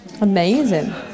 Amazing